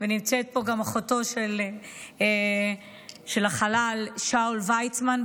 ונמצאת כאן גם אחותו של החלל שאול ויצמן,